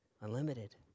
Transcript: unlimited